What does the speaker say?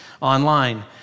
online